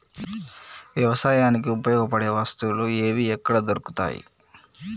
వ్యవసాయానికి ఉపయోగపడే వస్తువులు ఏవి ఎక్కడ దొరుకుతాయి?